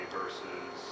versus